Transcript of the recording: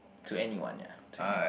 to anyone ya to anyone